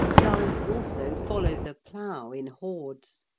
gulls also follow the plough in hordes,